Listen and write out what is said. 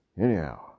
Anyhow